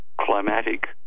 climatic